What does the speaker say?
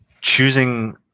choosing